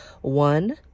One